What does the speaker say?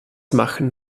machen